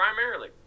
primarily